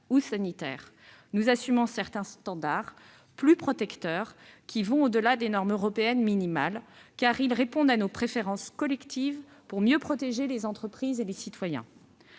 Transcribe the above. ou sanitaire. Nous assumons certains standards plus protecteurs qui vont au-delà des normes européennes minimales, car ils répondent à nos préférences collectives pour mieux protéger les entreprises et les citoyens.